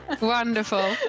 Wonderful